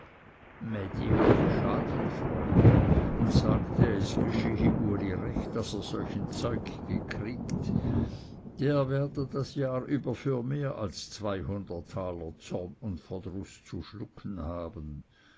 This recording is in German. mädi hatte schadenfreude und sagte es geschehe uli recht daß er solchen zeug gekriegt der werde das jahr über für mehr als zweihundert taler zorn und verdruß zu schlucken haben